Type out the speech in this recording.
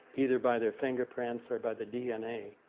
either by the fingerprints or by the dna.